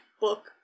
book